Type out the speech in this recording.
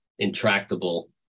intractable